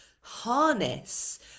harness